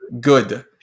good